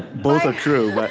both are true, but,